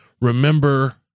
Remember